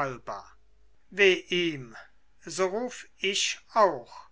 alba weh ihm so ruf ich auch